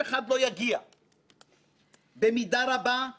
להעלות את קרנה של הכנסת בעיני הציבור